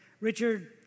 Richard